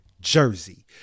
Jersey